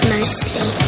Mostly